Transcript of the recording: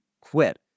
quit